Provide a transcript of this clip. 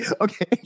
Okay